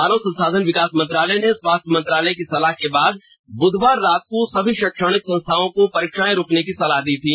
मानव संसाधन विकास मंत्रालय ने स्वास्थ्य मंत्रालय की सलाह के बाद बुधवार रात को सभी शैक्षनिक संस्थाओं को परीक्षाएं रोकने की सलाह दी थी